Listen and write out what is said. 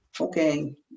okay